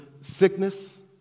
Sickness